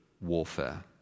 warfare